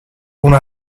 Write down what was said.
una